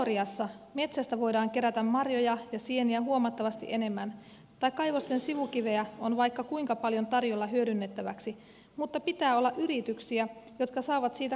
teoriassa metsästä voidaan kerätä marjoja ja sieniä huomattavasti enemmän tai kaivosten sivukiveä on vaikka kuinka paljon tarjolla hyödynnettäväksi mutta pitää olla yrityksiä jotka saavat siitä kannattavaa liiketoimintaa